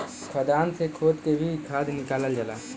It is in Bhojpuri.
खदान से खोद के भी खाद निकालल जाला